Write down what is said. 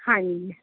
ਹਾਂਜੀ